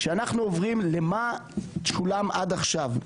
כשאנחנו עוברים למה שולם עד עכשיו,